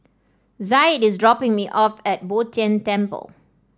Zaid is dropping me off at Bo Tien Temple